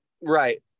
right